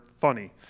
funny